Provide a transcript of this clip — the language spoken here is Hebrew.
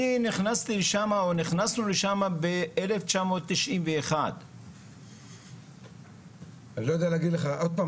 אני נכנסתי שמה או נכנסנו לשמה ב- 1991. אני לא יודע להגיד לך אחורה